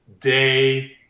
day